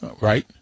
right